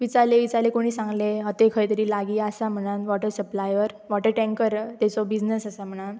विचारले विचाारले कोणी सांगलें येथय खंय तरी लागीं आसा म्हणून water supplier or water tanker तेचो बिजनस आसा म्हणून